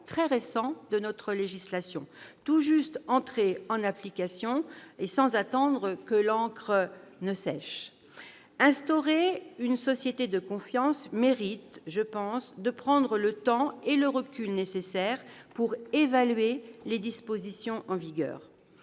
très récents de notre législation, tout juste entrés en application, sans attendre que l'encre sèche. Instaurer une société de confiance mérite de prendre le temps et le recul nécessaire pour évaluer les dispositions en vigueur